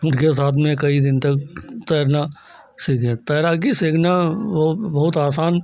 इनके साथ में कई दिन तक तैरना सीखे तैराकी सीखना वह बहुत आसान